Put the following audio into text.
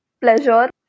pleasure